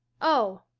oh,